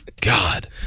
God